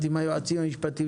בדיון הקודם,